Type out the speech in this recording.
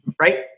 right